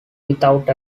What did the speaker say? without